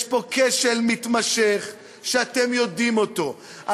יש פה כשל מתמשך, שאתם יודעים אותו.